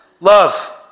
love